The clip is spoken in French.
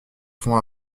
font